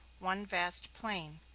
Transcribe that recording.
one vast plain,